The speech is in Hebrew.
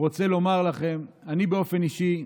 רוצה לומר לכם, אני באופן אישי,